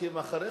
הולכים אחריכם?